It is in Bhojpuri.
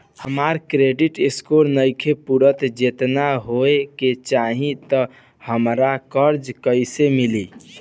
हमार क्रेडिट स्कोर नईखे पूरत जेतना होए के चाही त हमरा कर्जा कैसे मिली?